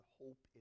hope